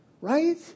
right